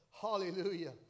Hallelujah